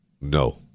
No